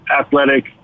athletic